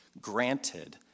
granted